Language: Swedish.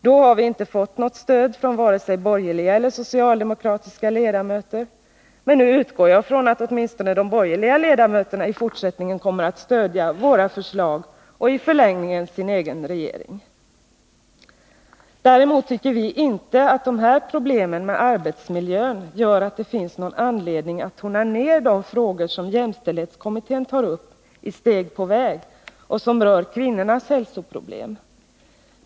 Då har vi inte fått något stöd från vare sig borgerliga eller socialdemokratiska ledamöter, men nu utgår jag från att åtminstone de borgerliga riksdagsledamöterna i fortsättningen kommer att stödja våra förslag och i förlängningen sin egen regering. Däremot tycker vi inte att problemen med arbetsmiljön gör att det finns någon anledning att tona ned de frågor jämställdhetskommittén tar upp i Steg på väg och som rör kvinnornas hälsoproblem.